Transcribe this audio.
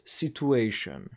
situation